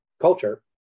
culture